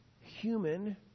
human